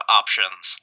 options